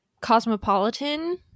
Cosmopolitan